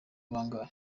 bangahe